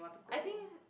I think